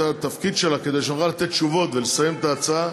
התפקיד שלה כדי שנוכל לתת תשובות ולסיים את ההצעה,